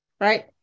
right